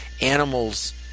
animals